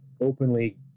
openly